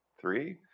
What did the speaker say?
Three